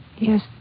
Yes